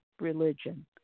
religion